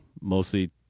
mostly